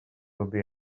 ruby